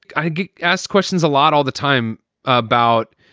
i get asked questions a lot all the time about.